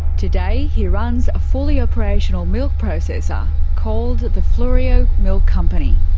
today he runs a fully operational milk processor called the fleurieu milk company.